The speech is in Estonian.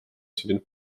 sündinud